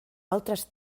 altres